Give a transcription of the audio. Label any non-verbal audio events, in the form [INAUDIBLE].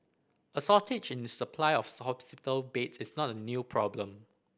a shortage in supply of [UNINTELLIGIBLE] hospital beds is not a new problem